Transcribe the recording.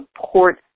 support